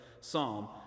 psalm